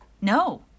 No